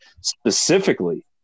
specifically